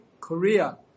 Korea